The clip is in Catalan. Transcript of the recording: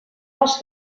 dels